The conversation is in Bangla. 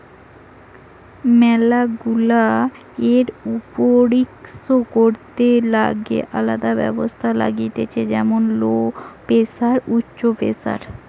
ম্যালা গুলা এরওপনিক্স করিতে গ্যালে আলদা ব্যবস্থা লাগতিছে যেমন লো প্রেসার, উচ্চ প্রেসার